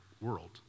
world